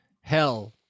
hell